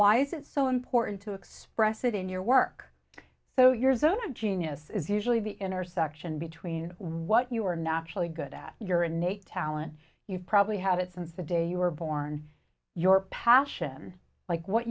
why is it so important to express it in your work so your zone of genius is usually the intersection between what you are naturally good at your innate talent you probably had it since the day you were born your passion like what